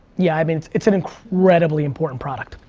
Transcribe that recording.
yeah, i mean, it's an incredibly important product.